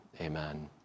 amen